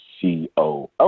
Coo